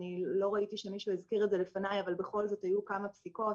לא ראיתי שמישהו הזכיר את זה לפני אבל היו כמה פסיקות